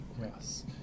Yes